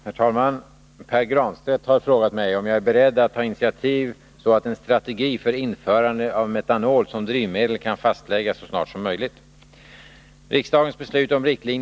Herr talman! Pär Granstedt har frågat mig om jag är beredd att ta initiativ så att en strategi för införande av metanol som drivmedel kan fastläggas så snart som möjligt.